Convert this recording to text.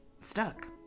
stuck